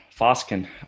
foskin